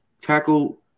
tackle